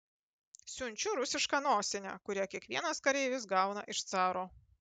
siunčiu rusišką nosinę kurią kiekvienas kareivis gauna iš caro